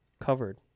covered